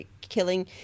killing